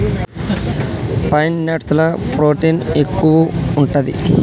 pine nuts ల protein ఎక్కువు ఉంటది